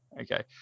okay